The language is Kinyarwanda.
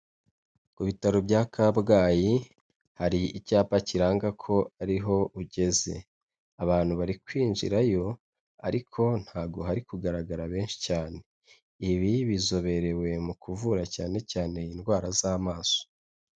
Ku bitaro bya Kabgayi hari icyapa kiranga ko ari ho ugeze, abantu bari kwinjirayo ariko ntago hari kugaragara benshi cyane, ibi bizoberewe mu kuvura cyane cyane indwara z'amaso.